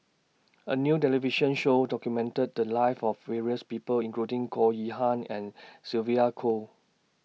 A New television Show documented The Lives of various People including Goh Yihan and Sylvia Kho